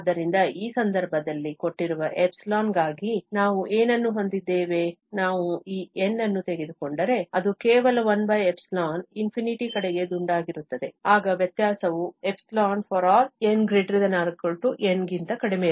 ಆದ್ದರಿಂದ ಈ ಸಂದರ್ಭದಲ್ಲಿ ಕೊಟ್ಟಿರುವ ϵ ಗಾಗಿ ನಾವು ಏನನ್ನು ಹೊಂದಿದ್ದೇವೆ ನಾವು ಈ N ಅನ್ನು ತೆಗೆದುಕೊಂಡರೆ ಅದು ಕೇವಲ 1 ∞ ಕಡೆಗೆ ದುಂಡಾಗಿರುತ್ತದೆ ಆಗ ವ್ಯತ್ಯಾಸವು ϵ ∀ n≥ N ಗಿಂತ ಕಡಿಮೆಯಿರುತ್ತದೆ